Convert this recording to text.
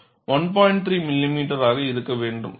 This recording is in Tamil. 3 மில்லிமீட்டராக இருக்க வேண்டும்